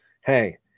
Hey